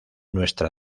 nuestra